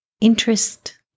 interest